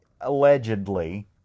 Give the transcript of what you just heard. allegedly